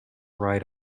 ride